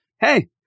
hey